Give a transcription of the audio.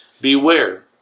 Beware